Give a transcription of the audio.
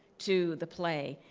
to the play.